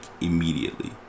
immediately